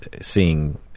seeing